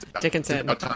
Dickinson